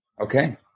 Okay